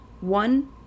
One